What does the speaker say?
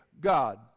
God